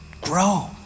grow